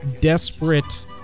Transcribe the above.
desperate